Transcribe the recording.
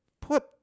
put